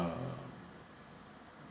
uh